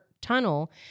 tunnel